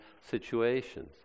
situations